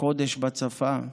חודש בצבא.